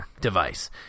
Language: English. device